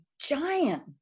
giant